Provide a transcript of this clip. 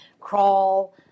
crawl